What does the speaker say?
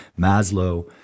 Maslow